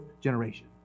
generation